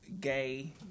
gay